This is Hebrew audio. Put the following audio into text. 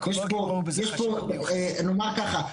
נאמר ככה,